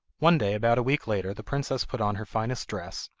one day, about a week later, the princess put on her finest dress,